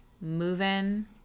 moving